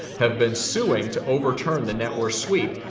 have been suing to overturn the net worth sweep.